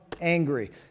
angry